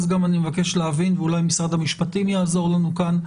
אז גם אני מבקש להבין ואולי משרד המשפטים יעזור לנו כאן,